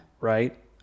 Right